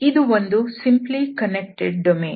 ಇದು ಒಂದು simply connected domain